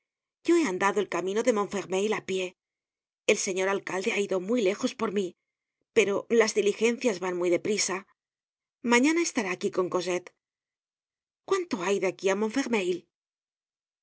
yo he andado el camino de montfermeil á pie el señor alcalde ha ido muy lejos por mí pero las diligencias van muy de prisa mañana estará aquí con cosette cuánto hay de aquí á